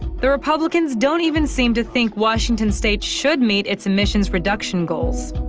the republicans don't even seem to think washington state should meet its emissions-reduction goals.